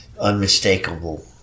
unmistakable